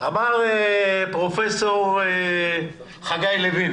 אמר פרופ' חגי לוין